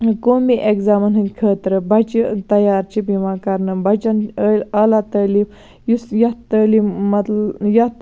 قومی ایٚگزامَن ہٕنٛدۍ خٲطرٕ بَچہِ تَیار چھِ یِوان کَرنہٕ بَچَن اعلیٰ تعلیٖم یُس یتھ تعلیٖم مَطلَ یتھ